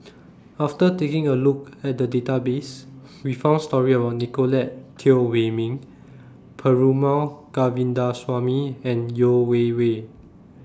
after taking A Look At The Database We found stories about Nicolette Teo Wei Min Perumal Govindaswamy and Yeo Wei Wei